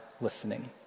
listening